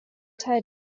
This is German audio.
teil